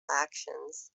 actions